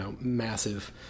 massive